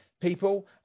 people